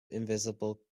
invisible